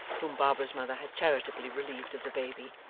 whom barbara's mother had charitably relieved of the baby,